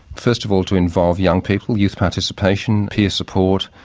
first of all to involve young people, youth participation, peer support,